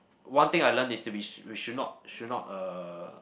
one thing I learnt is to be s~ we should not should not uh